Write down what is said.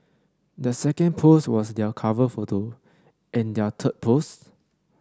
their second post was their cover photo and their third post